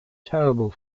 terrible